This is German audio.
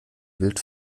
wild